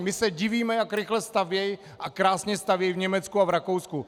My se divíme, jak rychle stavějí a krásně stavějí v Německu a v Rakousku.